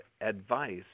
advice